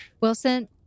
Wilson